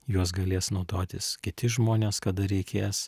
juos galės naudotis kiti žmonės kada reikės